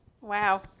Wow